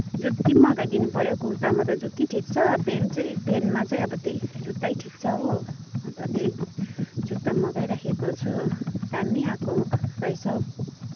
जुत्ती पनि मगाइदिनुपऱ्यो कुर्तामा त जुत्ती ठिक छ पेन्ट चाहिँ पेन्टमा चाहिँ अब त्यहीँ जुत्तै ठिक छ हो अनि त त्यही जुत्ता मगाइ राखेको छु दामी आएको रहेछ हो